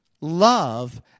love